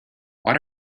what